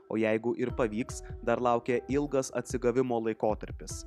o jeigu ir pavyks dar laukia ilgas atsigavimo laikotarpis